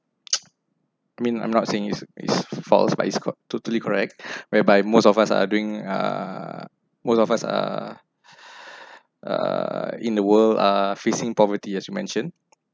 I mean I'm not saying is is false but its co totally correct whereby most of us are doing err most of us uh err err in the world are facing poverty as you mentioned